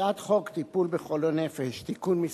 הצעת חוק טיפול בחולי נפש (תיקון מס'